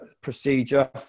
procedure